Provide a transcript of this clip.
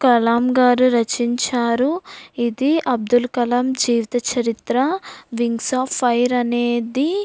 కలాం గారు రచించారు ఇది అబ్దుల్ కలాం జీవిత చరిత్ర వింగ్స్ ఆఫ్ ఫైర్ అనేది